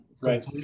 Right